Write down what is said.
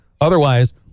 Otherwise